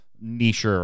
niche